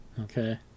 Okay